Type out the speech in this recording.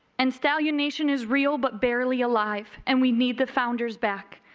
and stallion nation is real but barely alive and we need the founders back.